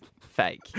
fake